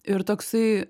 ir toksai